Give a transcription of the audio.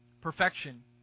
perfection